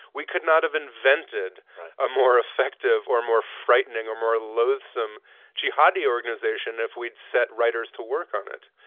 we could not have invented a more effective or more frightening or more loathsome jihadi organization if we'd set writers to work on it.